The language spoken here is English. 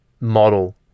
model